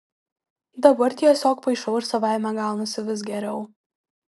dabar tiesiog paišau ir savaime gaunasi vis geriau